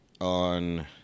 on